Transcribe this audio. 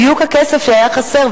בדיוק הכסף שהיה חסר,